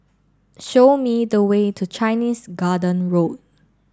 show me the way to Chinese Garden Road